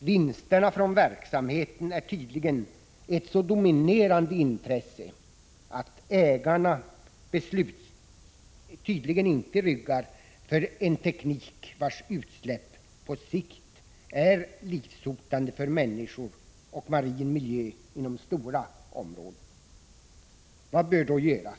Vinsterna från verksamheten är tydligen ett så dominerande intresse att ägarna inte ryggar för en teknik vars utsläpp på sikt är livshotande för människor och marin miljö inom stora områden.